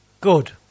Good